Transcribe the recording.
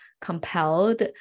compelled